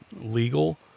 legal